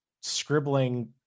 scribbling